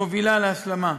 מובילה להסלמה,